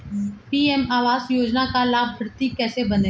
PM आवास योजना का लाभर्ती कैसे बनें?